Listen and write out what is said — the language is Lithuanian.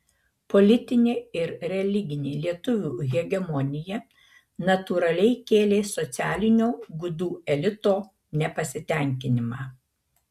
politinė ir religinė lietuvių hegemonija natūraliai kėlė socialinio gudų elito nepasitenkinimą